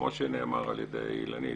כמו שנאמר על ידי אילנית,